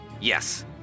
yes